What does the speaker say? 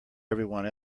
everyone